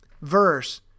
verse